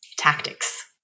tactics